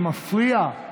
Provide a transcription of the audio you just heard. זה מפריע.